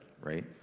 right